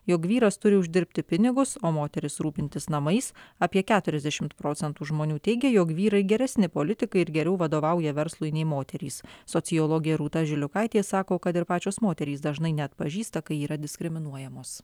jog vyras turi uždirbti pinigus o moteris rūpintis namais apie keturiasdešimt procentų žmonių teigė jog vyrai geresni politikai ir geriau vadovauja verslui nei moterys sociologė rūta žiliukaitė sako kad ir pačios moterys dažnai neatpažįsta kai yra diskriminuojamos